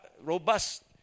robust